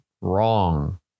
wrong